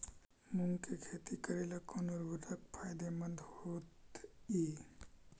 मुंग के खेती करेला कौन उर्वरक फायदेमंद होतइ?